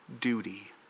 duty